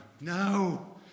No